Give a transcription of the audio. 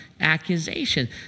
accusation